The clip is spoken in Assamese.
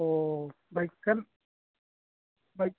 অঁ বাইকখন বাইক